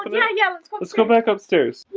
yeah yeah let's but let's go back upstairs